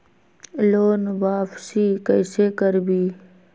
Loan वापसी कैसे करबी?